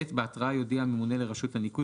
(ב) בהתראה יודיע הממונה לרשות הניקוז